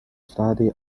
study